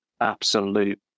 absolute